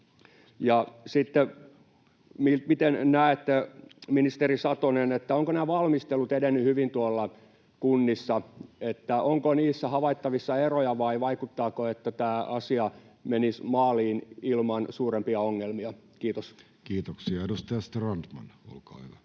Ja sitten, miten näette, ministeri Satonen, ovatko nämä valmistelut edenneet hyvin tuolla kunnissa? Onko niissä havaittavissa eroja, vai vaikuttaako siltä, että tämä asia menisi maaliin ilman suurempia ongelmia? — Kiitos. [Speech 56] Speaker: